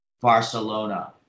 Barcelona